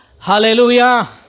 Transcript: Hallelujah